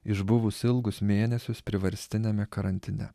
išbuvus ilgus mėnesius privarstiniame karantine